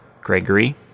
Gregory